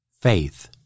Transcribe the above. faith